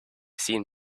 seen